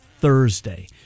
Thursday